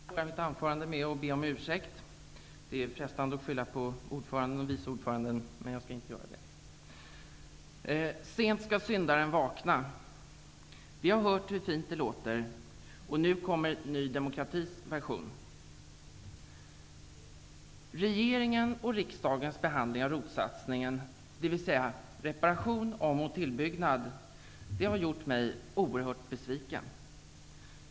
Herr talman! Även jag får börja mitt anförande med att be om ursäkt. Det är frestande att skylla på ordföranden och vice ordföranden, men jag skall inte göra det. Sent skall syndaren vakna. Vi har hört hur fint det låter, och nu kommer Ny demokratis version. satsningen, dvs. reparation, om och tillbyggnad, har gjort mig oerhört besviken.